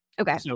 Okay